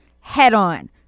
head-on